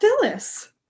Phyllis